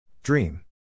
Dream